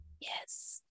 yes